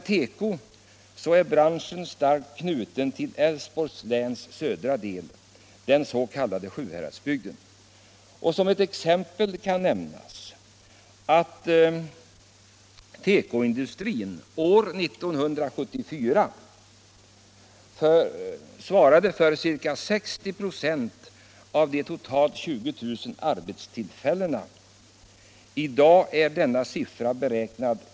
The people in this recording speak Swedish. Tekobranschen är starkt knuten till Älvsborgs läns södra del, den s.k. Sjuhäradsbygden. Som ett exempel kan nämnas att tekoindustrin år 1974 svarade för ca 60 96 av de totalt 20 000 arbetstillfällena inom tillverkningsindustrin i Borås kommun, dvs. ca 12000.